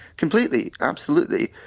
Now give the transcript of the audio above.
completely, absolutely,